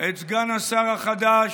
את סגן השר החדש,